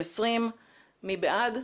מי בעד?